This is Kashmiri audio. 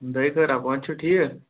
دَیہِ خٲرا پانہٕ چھُو ٹھیٖک